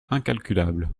incalculable